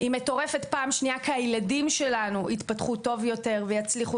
היא מטורפת פעם שנייה כי הילדים שלנו התפתחו טוב יותר ויצליחו